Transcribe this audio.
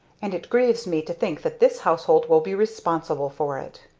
and it grieves me to think that this household will be responsible for it!